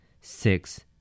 Six